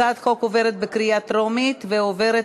הצעת החוק עברה בקריאה טרומית ועוברת